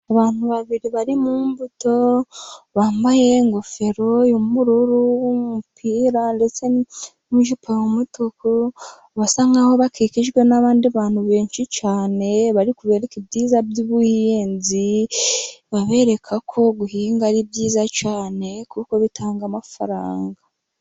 Abantu babiri bari mu mbuto, bambaye ingofero y'ubururu n'umupira ndetse n'ijipo y'umutuku, basa nk'aho bakikijwe n'abandi bantu benshi cyane, bari kubereka ibyiza by'ubuhinzi, babereka ko guhinga ari byiza cyane kuko bitanga amafaranga.